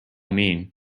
mean